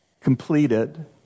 completed